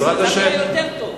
המצב נעשה יותר טוב.